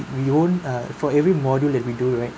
we won't uh for every module that we do right